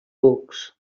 books